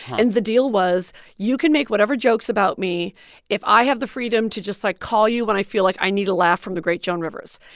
and the deal was, you can make whatever jokes about me if i have the freedom to just, like, call you when i feel like i need a laugh from the great joan rivers.